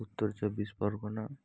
Uttar Chabbish Pargana